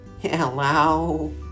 Hello